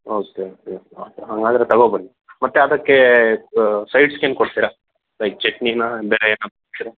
okay okay ಹಾಗಾದ್ರೆ ತಗೋಂಬನ್ನಿ ಮತ್ತೆ ಅದಕ್ಕೆ ಸೈಡ್ಸ್ಗೆ ಏನು ಕೊಡ್ತೀರ ಲೈಕ್ ಚಟ್ನಿನಾ ಬೇರೆ ಏನು ಕೊಡ್ತೀರ